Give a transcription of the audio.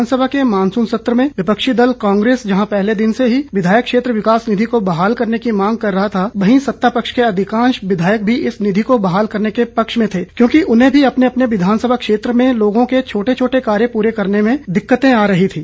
विधानसभा के मॉनसून सत्र के विपक्षी दल कांग्रेस जहां पहले दिन से ही विधायक क्षेत्र विकास निधि को बहाल करने की मांग कर रहा था वहीं सत्तापक्ष के अधिकांश विधायक भी इस निधि को बहाल करने के पक्ष में थे क्योंकि उन्हें भी अपने अपने विधानसभा क्षेत्र में लोगों के छोटे छोटे कार्य पूरा करने में दिक्कतें आ रही थीं